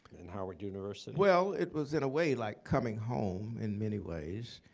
and howard university? well, it was in a way, like coming home, in many ways.